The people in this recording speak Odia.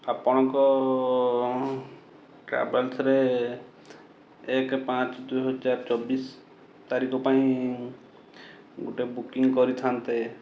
ଆପଣଙ୍କ ଟ୍ରାଭେଲ୍ସରେ ଏକ ପାଞ୍ଚ ଦୁଇହଜାର ଚବିଶ ତାରିଖ ପାଇଁ ଗୋଟେ ବୁକିଂ କରିଥାନ୍ତେ